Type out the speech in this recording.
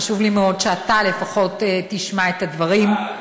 חשוב לי מאוד שאתה לפחות תשמע את הדברים.